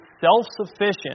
self-sufficient